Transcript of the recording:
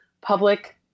public